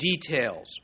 details